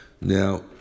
Now